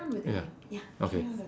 ya okay